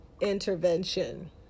intervention